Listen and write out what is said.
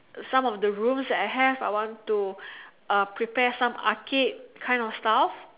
some of the rooms that I have I want to uh prepare some arcade kind of style